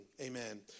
Amen